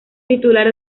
titular